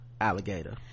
Alligator